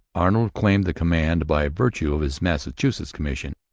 arnold claimed the command by virtue of his massachusetts commission.